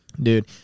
Dude